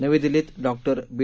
नवी दिल्लीत डॉक्टर बी